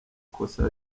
kosa